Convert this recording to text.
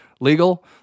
legal